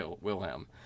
Wilhelm